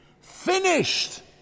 Finished